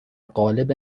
قالب